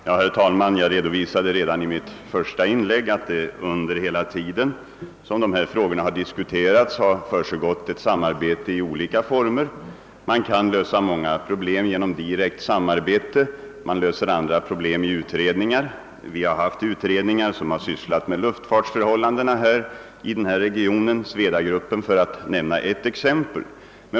Herr talman! Jag redovisade redan i mitt första inlägg att det under hela den tid som dessa frågor har diskuterats har försiggått ett samarbete i olika former. Man kan lösa många problem genom direkt samarbete, man löser andra problem i utredningar. Vi har haft sådana som har sysslat med luftfartsförhållandena i denna region, såsom Svedagruppen, för att nämna ett exempel.